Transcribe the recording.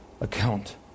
account